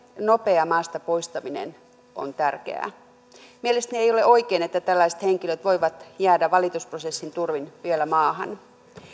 nopea maasta poistaminen on tärkeää mielestäni ei ole oikein että tällaiset henkilöt voivat jäädä valitusprosessin turvin vielä maahan